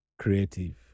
creative